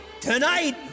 tonight